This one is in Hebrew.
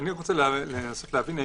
רוצה לנסות להבין,